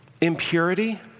impurity